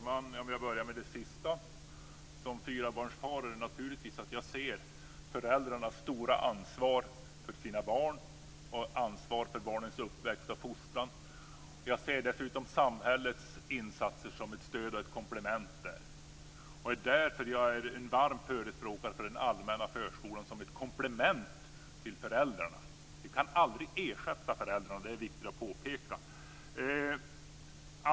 Fru talman! Jag börjar med den sista frågan. Som fyrabarnsfar ser jag naturligtvis föräldrarnas stora ansvar för sina barn och ansvar för barnens uppväxt och fostran. Jag ser dessutom samhällets insatser som ett stöd och ett komplement. Därför är jag en varm förespråkare för den allmänna förskolan som ett komplement till föräldrarna. Den kan aldrig ersätta föräldrarna. Det är viktigt att påpeka.